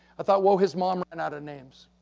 i thought well, his mom ran out of names.